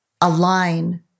align